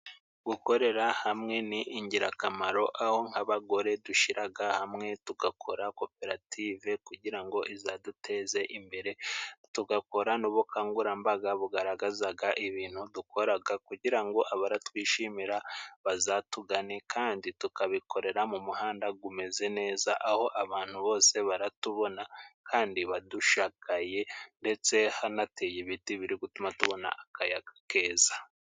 Gukorera hamwe ni ingirakamaro aho nk'abagore dushyiraga hamwe tugakora koperative kugira ngo izaduteze imbere tugakora n'ubukangurambaga bugaragazaga ibintu dukoraga kugira ngo abaratwishimira bazatugane kandi tukabikorera mu muhanda gumeze neza aho abantu bose baratubona kandi badushagaye ndetse hanateye ibiti biri gutuma tubona akayaga keza.